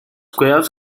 cuevas